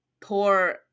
poor